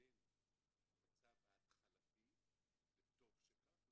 בין המצב ההתחלתי וטוב שכך,